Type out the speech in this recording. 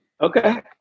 Okay